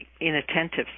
inattentive